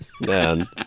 man